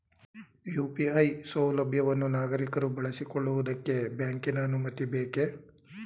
UPI ಸೌಲಭ್ಯವನ್ನು ನಾಗರಿಕರು ಬಳಸಿಕೊಳ್ಳುವುದಕ್ಕೆ ಬ್ಯಾಂಕಿನ ಅನುಮತಿ ಬೇಕೇ?